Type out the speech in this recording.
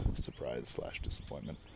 surprise-slash-disappointment